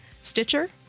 Stitcher